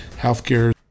healthcare